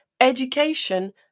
education